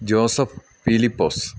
Joseph Peelipose